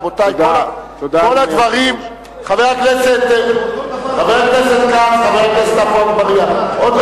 רבותי, כל הדברים, חבר הכנסת כץ, חבר